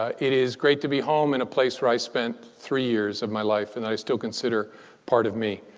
ah it is great to be home in a place where i spent three years of my life, and i still consider a part of me.